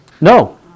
no